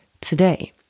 today